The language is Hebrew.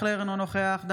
אינו נוכח ישראל אייכלר,